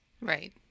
Right